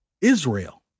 Israel